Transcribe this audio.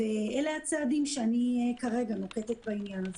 ואלה הצעדים שאני כרגע נוקטת בעניין הזה.